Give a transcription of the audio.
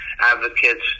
advocates